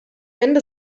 ende